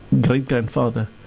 great-grandfather